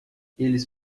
eles